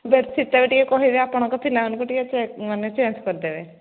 ବେଡ୍ସିଟ୍ଟା ବି ଟିକିଏ କହିବେ ଆପଣଙ୍କ ପିଲାମାନଙ୍କୁ ଟିକେ ମାନେ ଚେଞ୍ଜ କରିଦେବେ